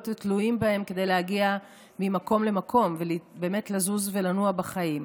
ותלויים בהם כדי להגיע ממקום למקום ובאמת לזוז ולנוע בחיים,